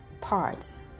parts